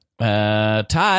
Todd